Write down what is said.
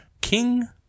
King